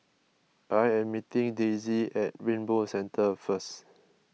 I am meeting Daisie at Rainbow Centre first